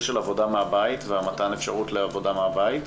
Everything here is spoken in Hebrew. של עבודה מהבית ומתן אפשרות לעבודה מהבית.